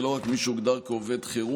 ולא רק על מי שהוגדר כעובד חירום.